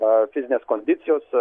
a fizinės kondicijos